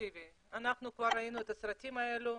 תקשיבי אנחנו כבר היינו בסרטים האלה,